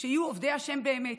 שיהיו עובדי השם באמת.